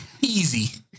Easy